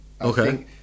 Okay